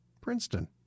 Princeton